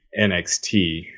NXT